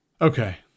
Okay